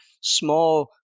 small